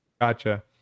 Gotcha